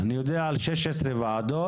אני יודע שיש שש עשרה כאלו,